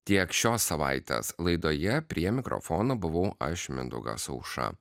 tiek šios savaitės laidoje prie mikrofono buvau aš mindaugas aušra